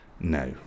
No